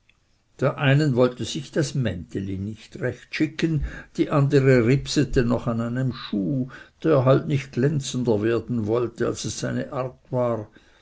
der einen wollte sich das mänteli nicht recht schicken und die andere ribsete noch an einem schuh der halt nicht glänzender werden wollte als es seine art war